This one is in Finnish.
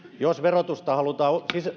jos verotusta halutaan